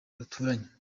duturanye